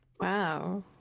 Wow